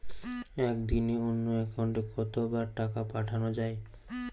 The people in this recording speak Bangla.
একদিনে অন্য একাউন্টে কত বার টাকা পাঠানো য়ায়?